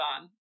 on